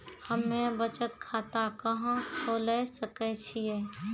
हम्मे बचत खाता कहां खोले सकै छियै?